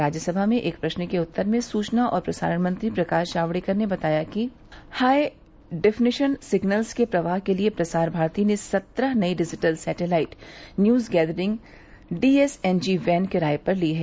राज्यसभा में एक प्रश्न के उत्तर में सूचना और प्रसारण मंत्री प्रकाश जावड़ेकर ने बताया कि हाई डिफनिशन सिगनल्स के प्रवाह के लिए प्रसार भारती ने सत्रह नई digital satellite news gathering DSNG van किराये पर ली हैं